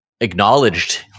acknowledged